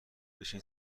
بشین